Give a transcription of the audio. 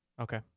Okay